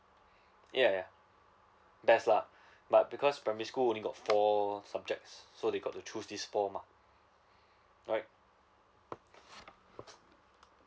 yeah yeah that's lah but because primary school only got four subjects so they got to choose these four mah right